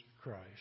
Christ